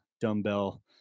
dumbbell